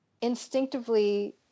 instinctively